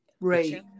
right